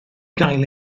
gael